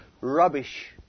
Rubbish